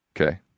Okay